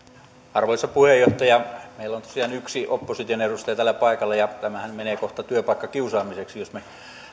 arvoisa puheenjohtaja meillä on tosiaan yksi opposition edustaja täällä paikalla ja tämähän menee kohta työpaikkakiusaamiseksi jos me